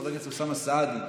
חבר הכנסת אוסאמה סעדי,